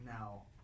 Now